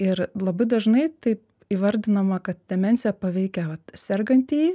ir labai dažnai taip įvardinama kad demencija paveikia vat sergantįjį